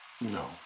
No